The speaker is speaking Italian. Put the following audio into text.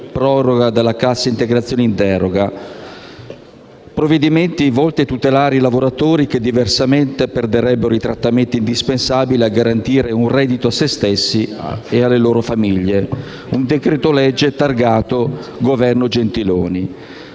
proroga della cassa integrazione in deroga, provvedimenti volti a tutelare i lavoratori che, diversamente, perderebbero i trattamenti indispensabili a garantire un reddito a se stessi e alle loro famiglie. Un decreto-legge targato Governo Gentiloni